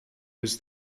was